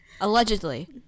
Allegedly